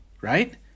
right